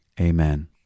amen